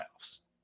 playoffs